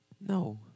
No